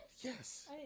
Yes